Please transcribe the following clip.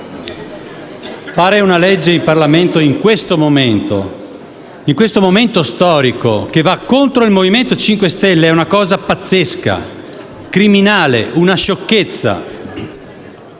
«Fare una legge in Parlamento, in questo momento, in questo momento storico, che va contro il Movimento 5 Stelle è una cosa pazzesca, criminale, una sciocchezza.